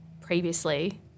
previously